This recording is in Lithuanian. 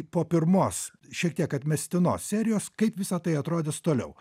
po pirmos šiek tiek atmestinos serijos kaip visa tai atrodys toliau